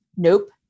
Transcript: Nope